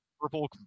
purple